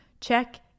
Check